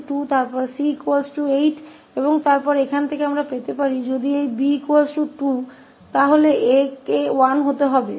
तो B 2 फिर 𝐶 8 और फिर यहाँ से हम प्राप्त कर सकते हैं यदि यह 𝐵 2 है तो 𝐴 को 1 होना चाहिए